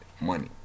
money